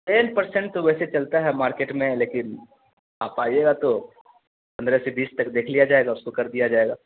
ten percent تو ویسے چلتا ہے مارکیٹ میں لیکن آپ آئیے گا تو پندرہ سے بیس تک دیکھ لیا جائے گا اس کو کر دیا جائے گا